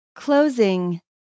Closing